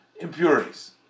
impurities